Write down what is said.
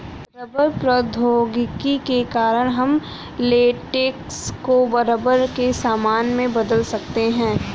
rubber प्रौद्योगिकी के कारण हम लेटेक्स को रबर के सामान में बदल सकते हैं